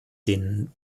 den